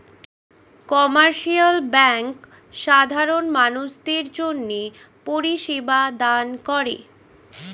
commercial bank সাধারণ মানুষদের জন্যে পরিষেবা দান করে